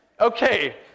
Okay